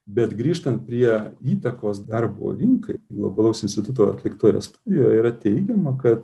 bet grįžtant prie įtakos darbo rinkai globalaus instituto atliktoje studijoje yra teigiama kad